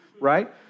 right